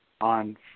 on